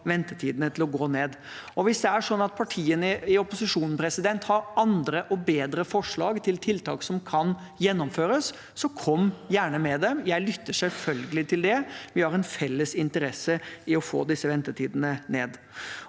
ventetidene til å gå ned. Hvis det er sånn at partiene i opposisjonen har andre og bedre forslag til tiltak som kan gjennomføres, så kom gjerne med dem. Jeg lytter selvfølgelig til det. Vi har en felles interesse i å få disse ventetidene ned.